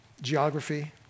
geography